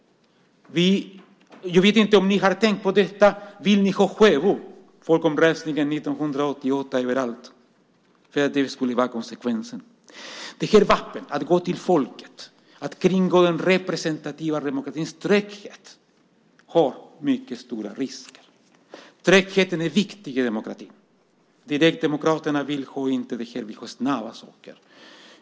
Jag vet inte om ni har tänkt på detta. Vill ni ha Sjöbofolkomröstningen från 1988 överallt? Det skulle bli konsekvensen. Vapnet att gå till folket och kringgå den representativa demokratins tröghet har mycket stora risker. Trögheten är viktig i demokratin. Direktdemokraterna vill inte ha tröghet utan snabba saker.